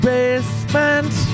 Basement